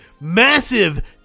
massive